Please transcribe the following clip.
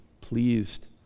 pleased